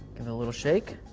a little shake,